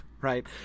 Right